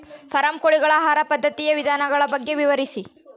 Form ಕೋಳಿಗಳ ಆಹಾರ ಪದ್ಧತಿಯ ವಿಧಾನಗಳ ಬಗ್ಗೆ ವಿವರಿಸಿ?